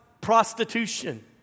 prostitution